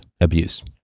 abuse